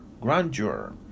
grandeur